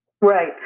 Right